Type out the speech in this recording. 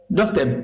Doctor